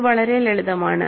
ഇത് വളരെ ലളിതമാണ്